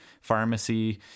pharmacy